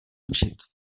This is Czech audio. učit